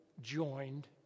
joined